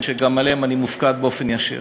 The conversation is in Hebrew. שגם עליהם אני מופקד באופן ישיר.